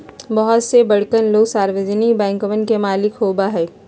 बहुते से बड़कन लोग सार्वजनिक बैंकवन के मालिक होबा हई